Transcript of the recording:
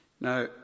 Now